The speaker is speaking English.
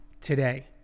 today